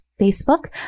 Facebook